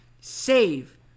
Save